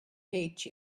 hate